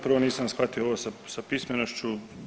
Prvo nisam shvatio ovo sa pismenošću.